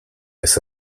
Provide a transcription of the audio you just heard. jest